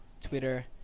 Twitter